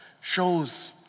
shows